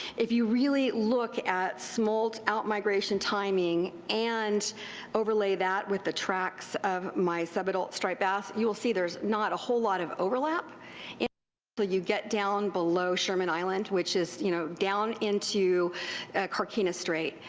if you really look at smolt outmigration timing and overlay that with the tracks of my sub-adult striped bass, youill see thereis not a whole lot of overlap until but you get down below sherman island, which is you know down into carquinez strait,